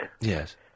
Yes